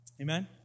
Amen